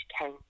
came